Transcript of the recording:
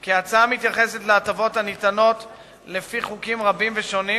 כי ההצעה מתייחסת להטבות הניתנות לפי חוקים רבים ושונים,